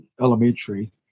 elementary